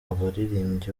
abaririmbyi